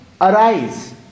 arise